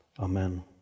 Amen